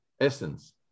essence